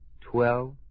Twelve